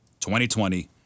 2020